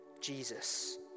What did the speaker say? Jesus